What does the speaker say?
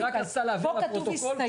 פה כתוב הסתייעות,